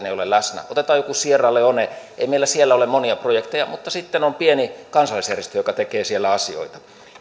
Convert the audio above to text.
ei ole läsnä otetaan joku sierra leone ei meillä siellä ole monia projekteja mutta sitten on pieni kansalaisjärjestö joka tekee siellä asioita